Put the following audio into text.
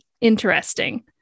interesting